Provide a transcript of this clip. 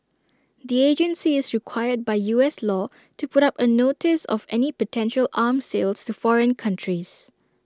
the agency is required by U S law to put up A notice of any potential arm sales to foreign countries